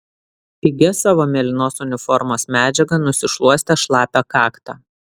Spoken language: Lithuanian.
pigia savo mėlynos uniformos medžiaga nusišluostė šlapią kaktą